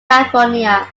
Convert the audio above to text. california